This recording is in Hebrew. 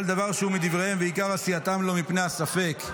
אבל דבר שהוא מדבריהם ועיקר עשייתם לו מפני הספק,